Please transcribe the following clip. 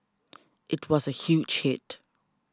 it was a huge hit